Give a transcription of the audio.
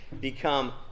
become